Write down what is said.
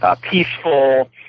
peaceful